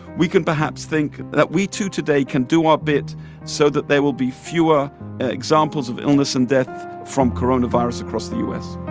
we can perhaps think that we, too, today can do our bit so that there will be fewer examples of illness and death from coronavirus across the u s